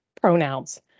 pronouns